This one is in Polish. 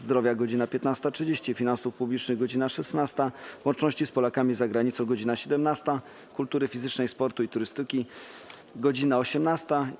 Zdrowia - godz. 15.30, - Finansów Publicznych - godz. 16, - Łączności z Polakami za Granicą - godz. 17, - Kultury Fizycznej, Sportu i Turystyki - godz. 18.